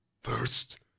First